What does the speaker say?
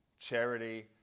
charity